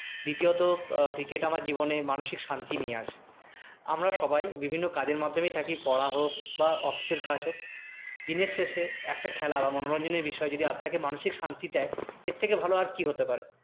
দ্বিতীয়ত ক্রিকেট আমার জীবনে মানসিক শান্তি নিয়ে আসে আমরা সবাই বিভিন্ন কাজের মাধ্যমেই থাকি পড়া হোক বা অফিসের কাজ হোক দিনের শেষে একটা খেলা বা মনোরঞ্জনের বিষয় যদি আপনাকে মানসিক শান্তি দেয় এর থেকে ভালো আর কি হতে পারে